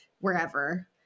wherever